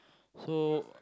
so